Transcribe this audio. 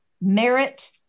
Merit